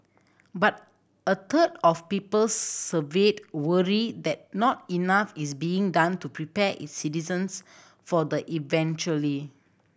but a third of people surveyed worry that not enough is being done to prepare its citizens for the eventuality